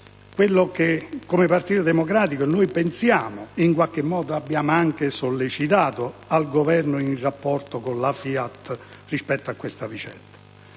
come Partito Democratico pensiamo e, in qualche modo, abbiamo anche sollecitato al Governo in rapporto alla FIAT rispetto a questa vicenda.